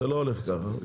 זה לא הולך ככה.